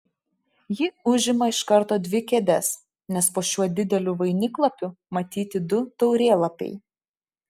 ji užima iš karto dvi kėdes nes po šiuo dideliu vainiklapiu matyti du taurėlapiai